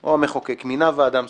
או המחוקק מינה ועדה מסוימת,